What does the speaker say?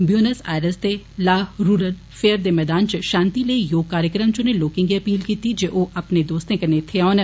Buenos Aires दे La Rural fair दे मैदान च षांति लेई योग कार्यक्रम च उनें लोकें गी अपील कीती जे ओ अपने दोस्तें कन्नै इत्थै औन